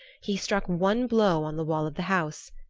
he struck one blow on the wall of the house.